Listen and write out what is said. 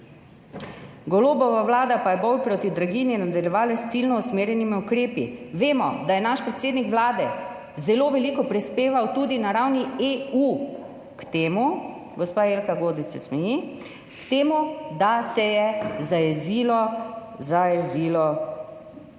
Golobova vlada pa je boj proti draginji nadaljevala s ciljno usmerjenimi ukrepi. Vemo, da je naš predsednik Vlade zelo veliko prispeval tudi na ravni EU, gospa Jelka Godec se smeji, k temu, da se je zajezilo energetsko